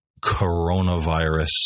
coronavirus